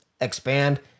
expand